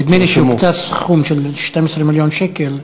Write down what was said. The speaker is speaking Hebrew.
נדמה לי שהוקצה סכום של 12 מיליון שקל,